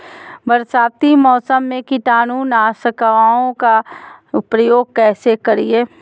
बरसाती मौसम में कीटाणु नाशक ओं का प्रयोग कैसे करिये?